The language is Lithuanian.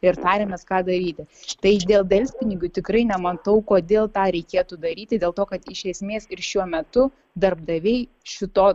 ir tariamės ką daryti štai dėl delspinigių tikrai nematau kodėl tą reikėtų daryti dėl to kad iš esmės ir šiuo metu darbdaviai šito